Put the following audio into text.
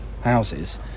houses